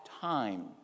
time